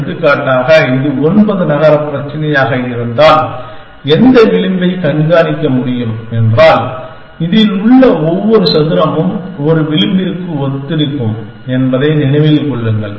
எடுத்துக்காட்டாக இது ஒன்பது நகரப் பிரச்சினையாக இருந்தால் எந்த விளிம்பைக் கண்காணிக்க முடியும் என்றால் இதில் உள்ள ஒவ்வொரு சதுரமும் ஒரு விளிம்பிற்கு ஒத்திருக்கும் என்பதை நினைவில் கொள்ளுங்கள்